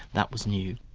that was new.